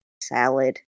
salad